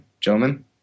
Gentlemen